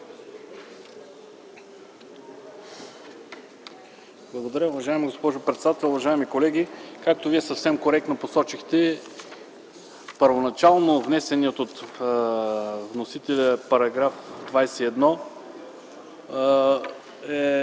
Благодаря, уважаема госпожо председател. Уважаеми колеги, както съвсем коректно посочихте, първоначално внесеният от вносителя § 21 е